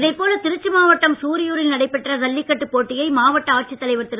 இதைப் போல் திருச்சி மாவட்டம் சூரியூரில் நடைபெற்ற ஜல்லிக்கட்டு போட்டியை மாவட்ட ஆட்சித் தலைவர் திரு